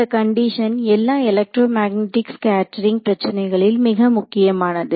இந்த கண்டிஷன் எல்லா electromagnetic scattering பிரச்சனைகளில் மிக முக்கியமானது